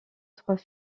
trois